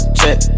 check